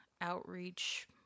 outreach